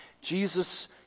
Jesus